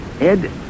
Ed